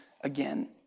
again